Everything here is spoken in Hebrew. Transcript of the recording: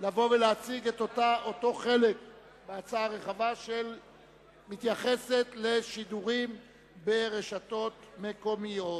לבוא ולהציג את אותו חלק בהצעה רחבה שמתייחסת לשידורים ברשתות מקומיות.